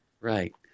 Right